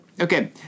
Okay